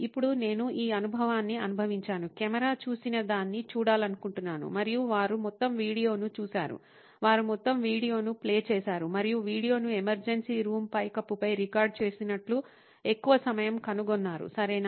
ఇప్పుడు నేను ఈ అనుభవాన్ని అనుభవించాను కెమెరా చూసినదాన్ని చూడాలనుకుంటున్నాను 'మరియు వారు మొత్తం వీడియోను చూశారు వారు మొత్తం వీడియోను ప్లే చేసారు మరియు వీడియో ఎమర్జెన్సీ రూమ్ పైకప్పుపై రికార్డ్ చేసినట్లు ఎక్కువ సమయం కనుగొన్నారు సరేనా